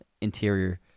interior